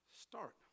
Start